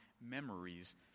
memories